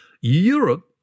Europe